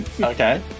okay